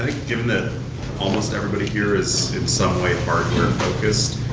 given that almost everybody here is, in some way, market focused,